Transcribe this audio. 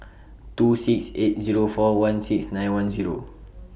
two six eight Zero four one six nine one Zero